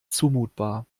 zumutbar